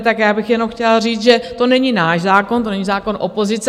Tak já bych jenom chtěla říct, že to není náš zákon, to není zákon opozice.